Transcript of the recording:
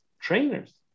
Trainers